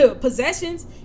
possessions